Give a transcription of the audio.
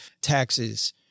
taxes